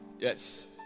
Yes